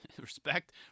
Respect